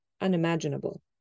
unimaginable